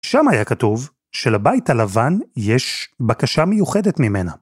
שם היה כתוב, שלבית הלבן יש בקשה מיוחדת ממנה.